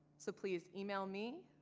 so please email me,